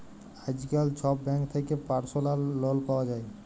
আইজকাল ছব ব্যাংক থ্যাকে পার্সলাল লল পাউয়া যায়